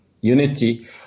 Unity